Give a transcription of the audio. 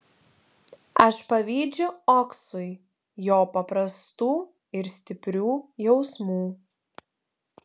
aš pavydžiu oksui jo paprastų ir stiprių jausmų